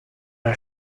are